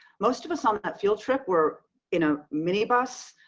most of us on that field trip were in a minibus,